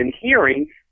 hearing